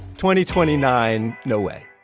twenty twenty nine no way